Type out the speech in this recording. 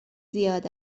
زیاد